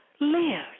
live